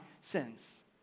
sins